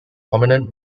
prominent